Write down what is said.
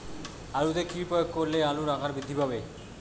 আলুতে কি প্রয়োগ করলে আলুর আকার বৃদ্ধি পাবে?